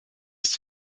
ist